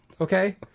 Okay